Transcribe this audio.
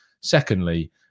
Secondly